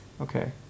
Okay